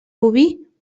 boví